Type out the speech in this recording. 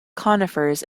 conifers